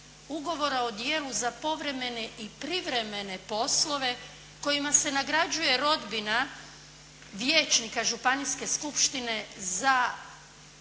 ugovora o djelu za povremene i privremene poslove kojima se nagrađuje rodbina vijećnika županijske skupštine za